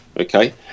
Okay